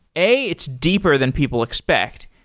a, it's deeper than people expect.